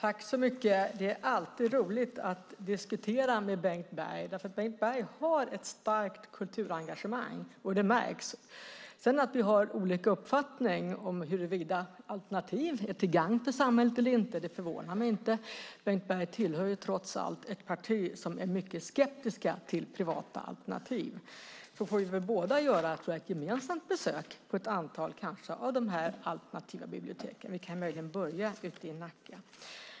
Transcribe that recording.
Fru talman! Det är alltid roligt att diskutera med Bengt Berg, för han har ett starkt kulturengagemang, och det märks. Att vi sedan har olika uppfattningar om huruvida alternativen är till gagn för samhället eller inte förvånar mig inte. Bengt Berg tillhör trots allt ett parti som är mycket skeptiskt till privata alternativ. Därför får vi kanske gemensamt besöka ett antal av de alternativa biblioteken. Vi kan möjligen börja i Nacka.